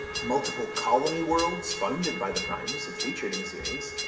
multiple colony worlds founded by the primes have featured in the series,